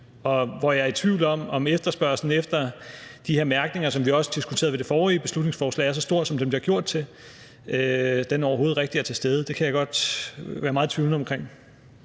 Og jeg er i tvivl om, om efterspørgslen efter de her mærkninger, som vi også diskuterede ved det forrige beslutningsforslag, er så stor, som den bliver gjort til, og om den overhovedet rigtig er til stede. Det kan jeg godt være meget tvivlende omkring.